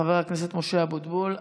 חבר הכנסת משה אבוטבול.